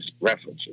references